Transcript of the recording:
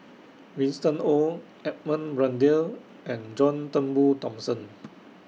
Winston Oh Edmund Blundell and John Turnbull Thomson